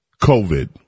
COVID